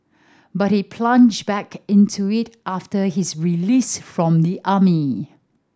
but he plunged back into it after his release from the army